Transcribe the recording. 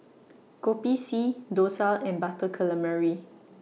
Kopi C Dosa and Butter Calamari